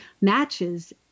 matches